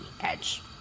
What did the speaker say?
edge